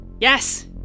Yes